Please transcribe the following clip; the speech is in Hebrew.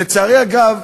לצערי, אגב,